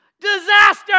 disaster